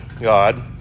God